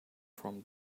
from